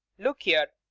look here!